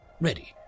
ready